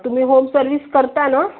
तुम्ही home service करता नं